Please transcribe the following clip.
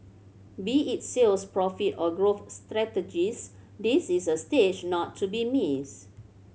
be it sales profit or growth strategies this is a stage not to be missed